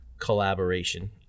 collaboration